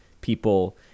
people